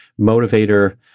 motivator